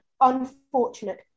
unfortunate